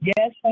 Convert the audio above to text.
Yes